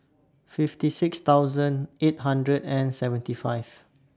fifty six thousand eight hundred and seventy five